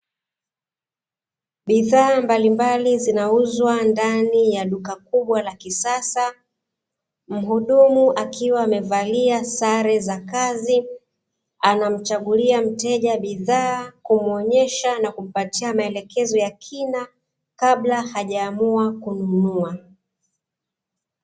Bidhaa mbalimbali zinauzwa ndani ya duka la kisasa, mhudumu akiwa amevalia sare za kazi, akiwa anamchagulia mteja bidhaa, na kumwonesha na kumpatia maelekezo ya kina kabla hajaamua kununua.